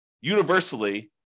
universally